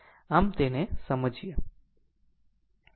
આમ તેને સમજીએ